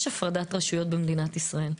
יש הפרדת רשויות במדינת ישראל.